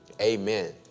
Amen